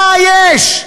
מה יש?